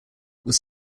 were